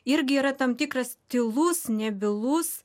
irgi yra tam tikras tylus nebylus